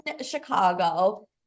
Chicago